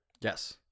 Yes